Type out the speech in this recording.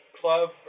club